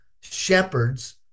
shepherds